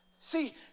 see